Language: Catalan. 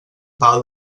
pal